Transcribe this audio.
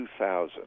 2000